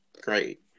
Great